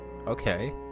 Okay